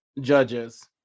judges